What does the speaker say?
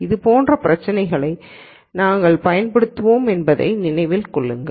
இது போன்ற பிரச்சினைகளை நாங்கள் பயன்படுத்துவோம் என்பதை நினைவில் கொள்ளுங்கள்